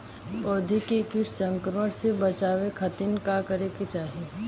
पौधा के कीट संक्रमण से बचावे खातिर का करे के चाहीं?